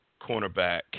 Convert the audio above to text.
cornerback